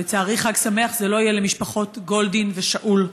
אבל לצערי חג שמח לא יהיה למשפחות גולדין ושאול.